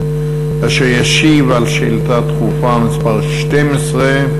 להשיב על שאילתה דחופה מס' 12,